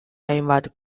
hainbat